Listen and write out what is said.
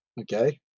Okay